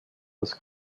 das